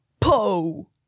po